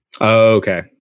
Okay